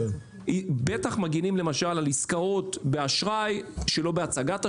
בטח מגנים על עסקאות באשראי, שלא בהצגת אשראי.